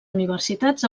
universitats